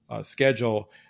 schedule